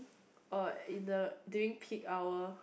uh in the during peak hour